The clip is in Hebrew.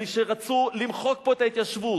אלה שרצו למחוק פה את ההתיישבות.